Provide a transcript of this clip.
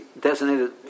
designated